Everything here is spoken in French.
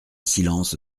silence